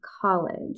college